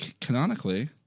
canonically